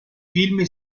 film